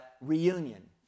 reunion